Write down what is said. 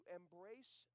embrace